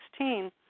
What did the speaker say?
2016